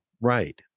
right